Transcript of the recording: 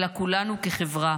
אלא כולנו כחברה